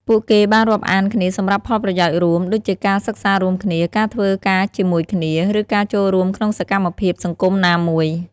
ពួកគេបានរាប់អានគ្នាសម្រាប់ផលប្រយោជន៍រួម ដូចជាការសិក្សារួមគ្នា ការធ្វើការជាមួយគ្នា ឬការចូលរួមក្នុងសកម្មភាពសង្គមណាមួយ។